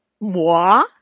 Moi